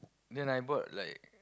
then I bought like